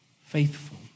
faithful